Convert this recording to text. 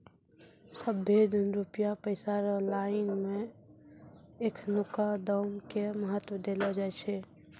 सबहे दिन रुपया पैसा रो लाइन मे एखनुका दाम के महत्व देलो जाय छै